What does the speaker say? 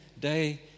day